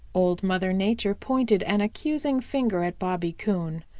old mother nature pointed an accusing finger at bobby coon.